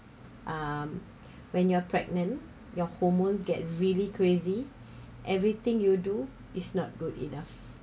um when you are pregnant your hormones get really crazy everything you do is not good enough